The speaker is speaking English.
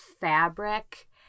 fabric